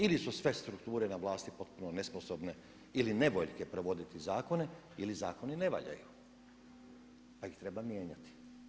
Ili su sve strukture na vlasti potpuno nesposobne ili nevoljke provoditi zakone ili zakoni ne valjaju pa ih treba mijenjati.